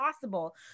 possible